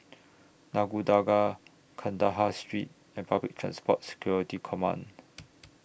Nagore Dargah Kandahar Street and Public Transport Security Command